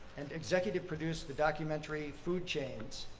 and executive produced the documentary food chains,